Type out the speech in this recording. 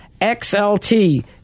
XLT